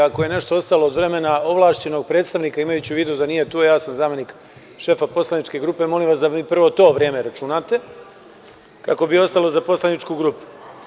Ako je nešto ostalo od vremena ovlašćenog predstavnika, imajući u vidu da nije tu, ja sam zamenik šefa poslaničke grupe, molim vas da mi prvo to vreme računate, kako bi ostalo za poslaničku grupu.